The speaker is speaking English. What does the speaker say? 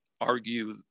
argue